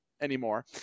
anymore